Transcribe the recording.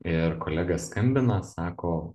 ir kolega skambina sako